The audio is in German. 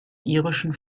irischen